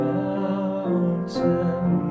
mountain